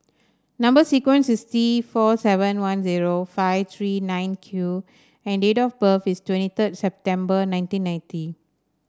number sequence is T four seven one zero five three nine Q and date of birth is twenty third September nineteen ninety